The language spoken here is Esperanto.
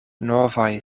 novaj